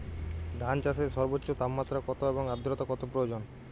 ধান চাষে সর্বোচ্চ তাপমাত্রা কত এবং আর্দ্রতা কত প্রয়োজন?